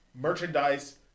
merchandise